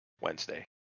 Wednesday